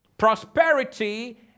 Prosperity